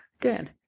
Good